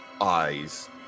eyes